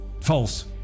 False